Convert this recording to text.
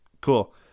cool